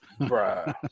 Bruh